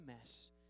mess